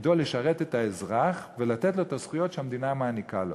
שתפקידו לשרת את האזרח ולתת לו את הזכויות שהמדינה מעניקה לו,